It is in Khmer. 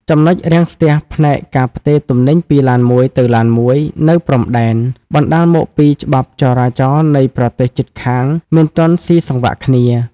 ចំណុចរាំងស្ទះផ្នែក "ការផ្ទេរទំនិញពីឡានមួយទៅឡានមួយ" នៅព្រំដែន បណ្ដាលមកពីច្បាប់ចរាចរណ៍នៃប្រទេសជិតខាងមិនទាន់ស៊ីសង្វាក់គ្នា។